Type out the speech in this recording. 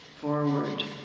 forward